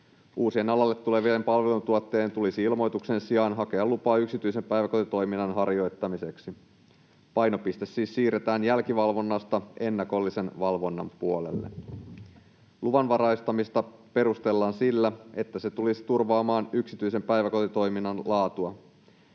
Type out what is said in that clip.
Uusien, alalle tulevien palveluntuottajien tulisi ilmoituksen sijaan hakea lupaa yksityisen päiväkotitoiminnan harjoittamiseksi. Painopiste siis siirretään jälkivalvonnasta ennakollisen valvonnan puolelle. Luvanvaraistamista perustellaan sillä, että se tulisi turvaamaan yksityisen päiväkotitoiminnan laatua.